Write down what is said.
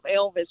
Elvis